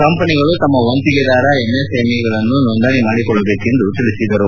ಕಂಪನಿಗಳು ತಮ್ಮ ವಂತಿಗೆದಾರ ಎಂಎಸ್ಎಂಇಗಳನ್ನು ನೋಂದಣಿ ಮಾಡಿಕೊಳ್ಳಬೇಕು ಎಂದು ಅವರು ಹೇಳದರು